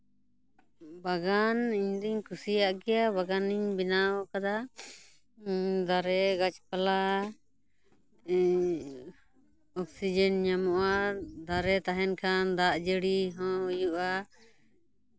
ᱵᱟᱜᱟᱱ ᱤᱧ ᱫᱩᱧ ᱠᱩᱥᱤᱭᱟᱜ ᱜᱮᱭᱟ ᱵᱟᱜᱟᱱᱤᱧ ᱵᱮᱱᱟᱣ ᱠᱟᱫᱟ ᱫᱟᱨᱮ ᱜᱟᱪᱷᱯᱟᱞᱟ ᱚᱠᱥᱤᱡᱮᱱ ᱧᱟᱢᱚᱜᱼᱟ ᱫᱟᱨᱮ ᱛᱟᱦᱮᱱ ᱠᱷᱟᱱ ᱫᱟᱜ ᱡᱟᱹᱲᱤ ᱦᱚᱸ ᱦᱩᱭᱩᱜᱼᱟ